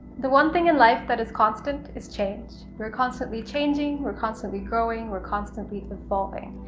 the one thing in life that is constant is change. we're constantly changing, we're constantly growing, we're constantly evolving.